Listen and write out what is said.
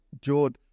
George